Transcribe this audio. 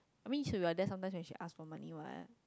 I mean if we were there sometime when she ask for money what